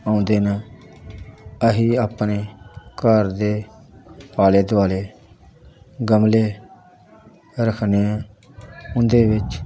ਆਉਂਦੇ ਨਾ ਅਸੀਂ ਆਪਣੇ ਘਰ ਦੇ ਆਲੇ ਦੁਆਲੇ ਗਮਲੇ ਰੱਖਣੇ ਹੈ ਉਨ੍ਹਾਂ ਦੇ ਵਿੱਚ